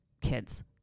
kids